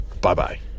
Bye-bye